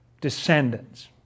descendants